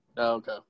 okay